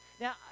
Now